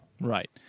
Right